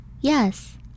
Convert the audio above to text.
Yes